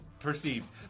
Perceived